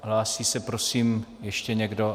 Hlásí se, prosím, ještě někdo?